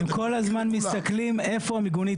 הם כל הזמן מסתכלים איפה המיגונית